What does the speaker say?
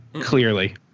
Clearly